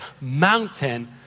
mountain